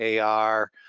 AR